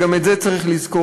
וגם את זה צריך לזכור,